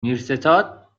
میرستاد